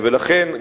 ולכן,